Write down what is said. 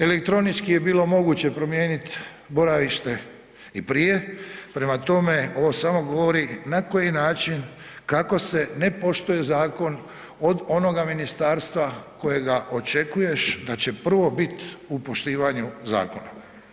Elektronički je bilo moguće promijenit boravište i prije, prema tome ovo samo govori na koji način, kako se ne poštuje zakon od onoga ministarstva kojega očekuješ da će prvo biti u poštivanju zakona.